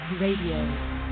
RADIO